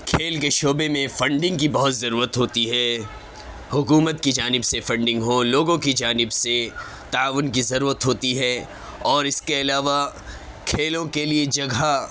کھیل کے شعبہ میں فنڈنگ کی بہت ضرورت ہوتی ہے حکومت کی جانب سے فنڈنگ ہو لوگوں کی جانب سے تعاون کی ضرورت ہوتی ہے اور اس کے علاوہ کھیلوں کے لیے جگہ